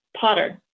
Potter